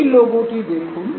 এই লোগোটি দেখুন